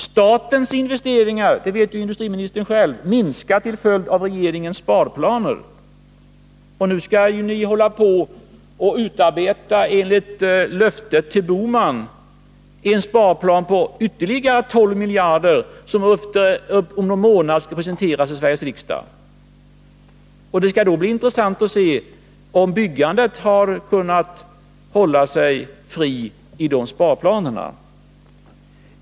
Statens investeringar — det vet industriministern själv — minskar till följd av regeringens sparplaner. Nu skall ni enligt ett löfte till Gösta Bohman utarbeta en sparplan på ytterligare 12 miljarder, som om någon månad skall presenteras för Sveriges riksdag. Det skall då bli intressant att se om byggandet har kunnat hållas fritt i dessa sparplaner.